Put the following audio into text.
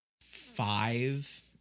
five